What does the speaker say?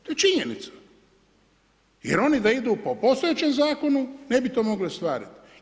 To je činjenica, jer da oni idu po postojećem zakonu ne bi to mogli ostvariti.